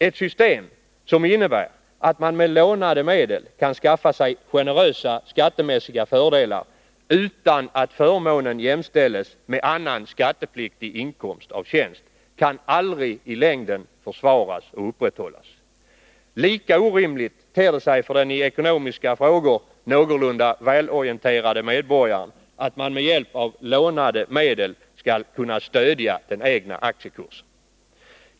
Ett system som innebär att man med lånade medel kan skaffa sig generösa skattemässiga fördelar utan att förmånerna jämställs med annan skattepliktig inkomst av tjänst kan aldrig i längden försvaras och upprätthållas. Lika orimligt ter det sig för den i ekonomiska frågor någorlunda välorienterade medborgaren att man med hjälp av lånade medel skall stödja den egna aktiekursen.